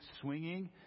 swinging